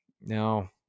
Now